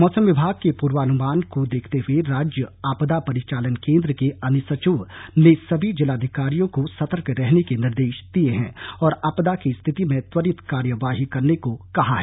मौसम विभाग के पूर्वानुमान को देखते हुए राज्य आपदा परिचालन केंद्र के अनुसचिव ने सभी जिलाधिकारियों को सर्तक रहने के निर्देश दिए हैं और आपदा की स्थिति में त्वरित कार्यवाही करने को कहा है